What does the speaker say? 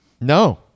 No